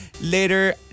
later